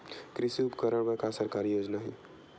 कृषि उपकरण बर सरकारी योजना का का हे?